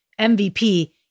MVP